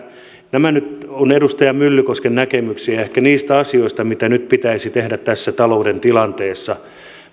nämä nyt ovat edustaja myllykosken näkemyksiä ehkä niistä asioista mitä nyt pitäisi tehdä tässä talouden tilanteessa